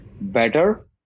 better